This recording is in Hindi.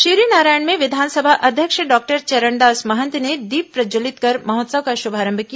शिवरीनारायण में विधानसभा अध्यक्ष डॉक्टर चरणदास मंहत ने दीप प्रज्वलित कर महोत्सव का शुभारंभ किया